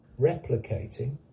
replicating